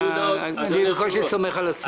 אני בקושי סומך על עצמי.